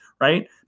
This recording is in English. right